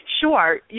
Sure